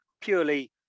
purely